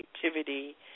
Creativity